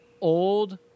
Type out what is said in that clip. old